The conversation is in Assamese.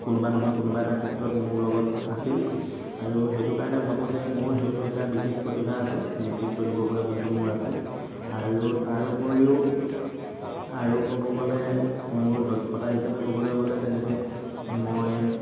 কোনোবা নহয় কোনোবা এটা ক্ষেত্ৰত মোৰ লগত আছিল আৰু সেইটো কাৰণে ভাবোঁ যে মোৰ সেইটো এটা বিশেষ প্ৰতিভা আছে নেতৃত্ব দিব পৰা গুণটো মোৰ আছে আৰু তাৰ উপৰিও আৰু ক'ব গ'লে মোৰ দক্ষতা হিচাপে ক'বলৈ গ'লে তেনেকে মই